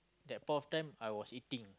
that point of time I was eating